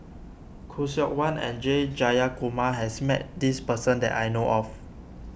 Khoo Seok Wan and S Jayakumar has met this person that I know of